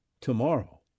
tomorrow